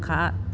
खा